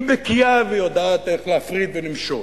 בקיאה ויודעת איך להפריד ולמשול.